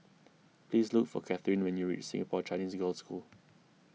please look for Katherin when you reach Singapore Chinese Girls' School